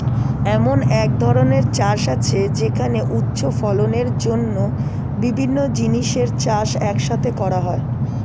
এমন এক ধরনের চাষ আছে যেখানে উচ্চ ফলনের জন্য বিভিন্ন জিনিসের চাষ এক সাথে করা হয়